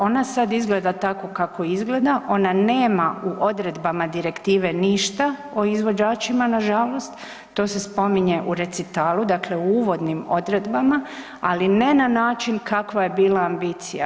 Ona sad izgleda tako kako izgleda, ona nema u odredbama direktive ništa o izvođačima nažalost, to se spominje u recitalu, dakle u uvodnim odredbama, ali ne na način kakva je bila ambicija.